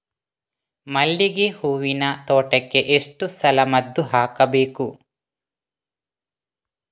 ಮಲ್ಲಿಗೆ ಹೂವಿನ ತೋಟಕ್ಕೆ ಎಷ್ಟು ಸಲ ಮದ್ದು ಹಾಕಬೇಕು?